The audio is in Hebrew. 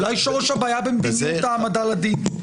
אולי שורש הבעיה במדיניות העמדה לדין?